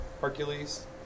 Hercules